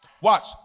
watch